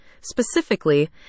Specifically